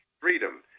freedom